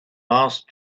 last